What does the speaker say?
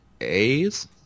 A's